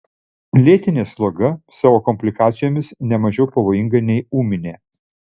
lėtinė sloga savo komplikacijomis ne mažiau pavojinga nei ūminė